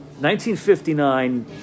1959